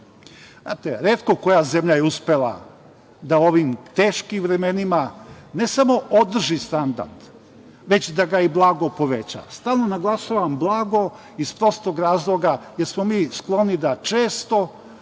retko koja zemlja je uspela da u ovim teškim vremenima, ne samo održi standard, već da ga i blago poveća. Stalno naglašavam blago iz prostog razloga jer smo mi skloni da često